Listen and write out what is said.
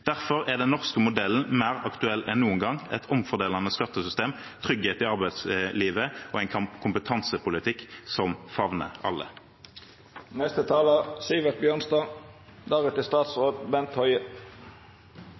Derfor er den norske modellen mer aktuell enn noen gang – et omfordelende skattesystem, trygghet i arbeidslivet og en kompetansepolitikk som favner